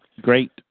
great –